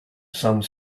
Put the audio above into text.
some